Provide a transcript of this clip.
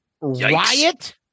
Riot